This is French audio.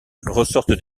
ressortent